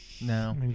No